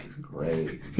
Great